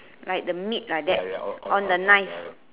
like the meat like that on the knife